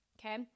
okay